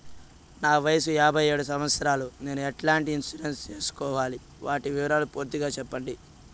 నా వయస్సు యాభై ఏడు సంవత్సరాలు నేను ఎట్లాంటి ఇన్సూరెన్సు సేసుకోవాలి? వాటి వివరాలు పూర్తి గా సెప్పండి?